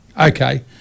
Okay